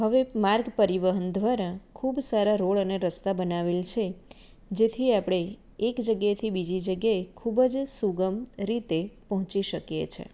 હવે માર્ગ પરિવહન દ્વારા ખૂબ સારા રોડ અને રસ્તા બનાવેલ છે જેથી આપણે એક જગ્યાએથી બીજી જગ્યાએ ખૂબ જ સુગમ રીતે પહોંચી શકીએ છે